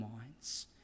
minds